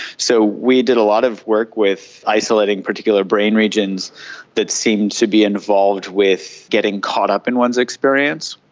so we did a lot of work with isolating particular brain regions that seemed to be involved with getting caught up in one's experience,